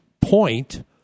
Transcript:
point